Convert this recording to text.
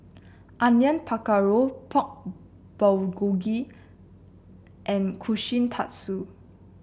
Onion Pakora Pork Bulgogi and Kushikatsu